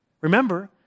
Remember